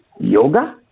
yoga